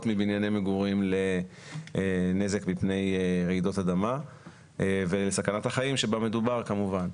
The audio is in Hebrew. מבנייני מגורים לנזק מפני רעידות אדמה ולסכנת החיים שבה מדובר כמובן.